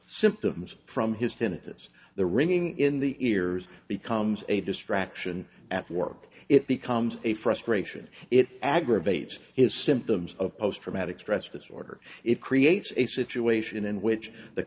symptoms from his finances the ringing in the ears becomes a distraction at work it becomes a frustration it aggravates his symptoms of post traumatic stress disorder it creates a situation in which the